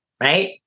right